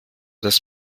das